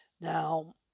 Now